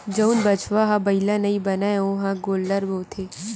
जउन बछवा ह बइला नइ बनय ओ ह गोल्लर होथे